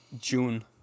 June